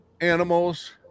animals